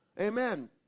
Amen